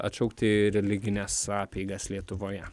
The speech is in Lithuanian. atšaukti religines apeigas lietuvoje